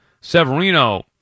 Severino